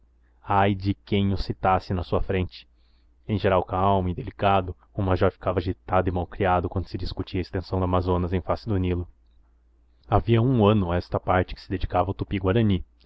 ai de quem o citasse na sua frente em geral calmo e delicado o major ficava agitado e malcriado quando se discutia a extensão do amazonas em face da do nilo havia um ano a esta parte que se dedicava ao